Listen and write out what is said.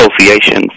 associations